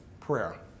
prayer